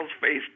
face